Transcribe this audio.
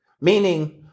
meaning